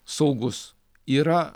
saugus yra